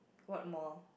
what mall